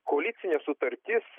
koalicinė sutartis